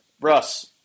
Russ